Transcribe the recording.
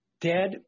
dead